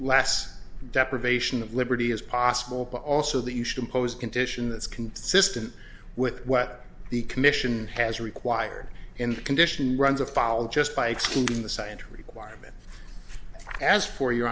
last deprivation of liberty is possible but also that you should impose a condition that's consistent with what the commission has required in condition runs afoul just by excluding the scienter requirement as for your